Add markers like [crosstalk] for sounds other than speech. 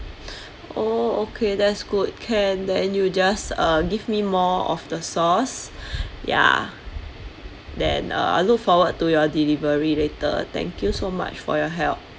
[breath] oh okay that's good can then you just uh give me more of the sauce ya then uh I look forward to your delivery later thank you so much for your help